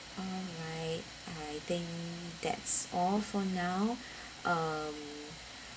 alright I think that's all for now um